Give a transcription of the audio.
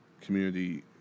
community